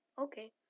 Okay